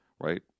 right